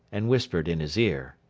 and whispered in his ear.